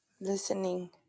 listening